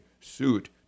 suit